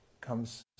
comes